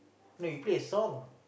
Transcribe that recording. no you play a song